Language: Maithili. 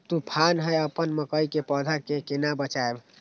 तुफान है अपन मकई के पौधा के केना बचायब?